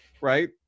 Right